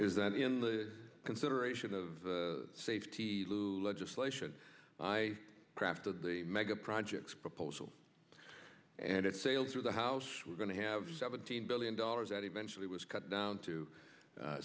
s that in the consideration of safety legislation i crafted the megaprojects proposal and it sailed through the house we're going to have seventeen billion dollars that eventually was cut down to